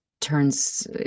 turns